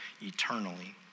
eternally